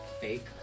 fake